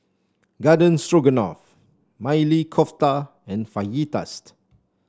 Garden Stroganoff Maili Kofta and Fajitas